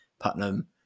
Putnam